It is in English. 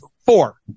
four